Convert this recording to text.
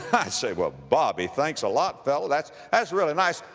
i said, well, bobby, thanks a lot, fella, that's, that's really nice.